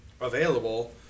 available